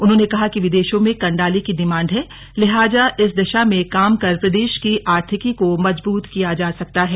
उन्होंने कहा कि विदेशों में कण्डाली की डिमांड है लिहाजा इस दिशा में काम कर प्रदेश की आर्थिकी को मजबूत किया जा सकता है